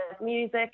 music